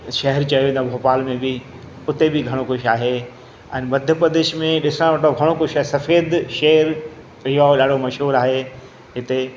शहर भोपाल में बि उते बि घणो कुझु आहे ऐं मध्य प्रदेश में ॾिसां वेठो घणो कुझु आहे सफेद शहर इहो ॾाढो मशहूरु आहे हिते